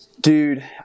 Dude